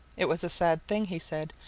it was a sad thing, he said,